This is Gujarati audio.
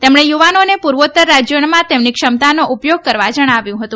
તેમણે યુવાઓને પૂર્વોત્તર રાજયોમાં તેમની ક્ષમતાનો ઉપયોગ કરવા જણાવ્યું હતું